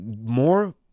more